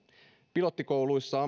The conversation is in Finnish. pilottikouluissa